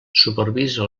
supervisa